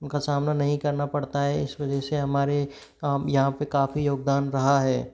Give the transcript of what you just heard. उनका सामना नहीं करना पड़ता है इस वजह से हमारे यहाँ पे काफ़ी योगदान रहा है